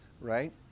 right